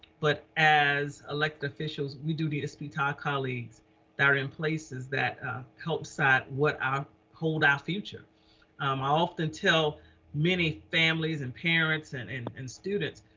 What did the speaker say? but as elected officials, we do need to speak to our colleagues that are in places that help cite what are, hold our ah future. um i often tell many families and parents and and and students,